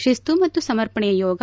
ಶಿಸ್ತು ಮತ್ತು ಸಮರ್ಪಣೆಯ ಯೋಗ